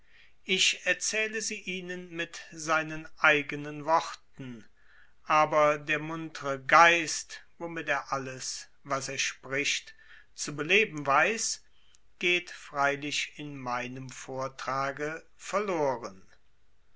ich erzähle sie ihnen mit seinen eignen worten aber der muntre geist womit er alles was er spricht zu beleben weiß geht freilich in meinem vortrage verloren